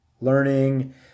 learning